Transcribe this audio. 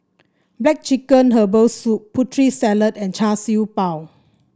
black chicken Herbal Soup Putri Salad and Char Siew Bao